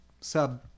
sub